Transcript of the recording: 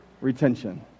retention